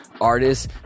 artists